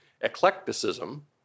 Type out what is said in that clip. eclecticism